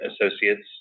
associates